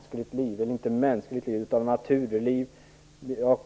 snart inte något liv där.